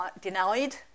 denied